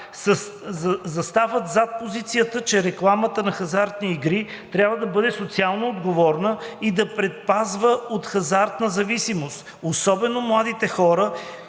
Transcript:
Застават зад позицията, че рекламата на хазартните игри трябва да бъде социално отговорна и да предпазва от хазартна зависимост, особено младите хора,